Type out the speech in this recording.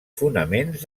fonaments